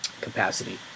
capacity